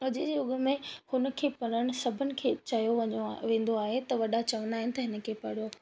अॼ जे युग में हुन खे पढ़नि सभिनि खे चयो वञो आहे वेंदो आहे त वॾा चवंदा आहिनि त हिन खे पढ़ियो